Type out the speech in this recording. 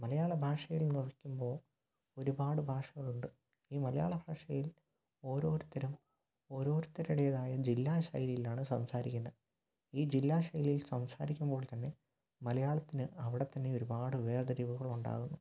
മലയാള ഭാഷയില് നോക്കുമ്പോൾ ഒരുപാട് ഭാഷകളുണ്ട് ഈ മലയാള ഭാഷയിൽ ഓരോരുത്തരും ഓരോരുത്തരുടേതായ ജില്ലാ ശൈലിയിലാണ് സംസാരിക്കുന്നത് ഈ ജില്ലാ ശൈലിയില് സംസാരിക്കുമ്പോള് തന്നെ മലയാളത്തിന് അവിടെ തന്നെ ഒരുപാട് വേര്തിരിവുകളുണ്ടാകുന്നു